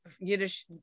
yiddish